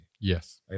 Yes